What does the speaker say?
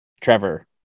trevor